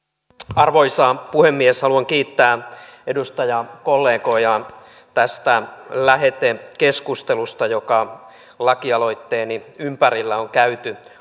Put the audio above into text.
arvoisa puhemies haluan kiittää edustajakollegoja tästä lähetekeskustelusta joka lakialoitteeni ympärillä on käyty